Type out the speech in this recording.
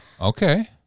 Okay